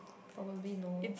probably no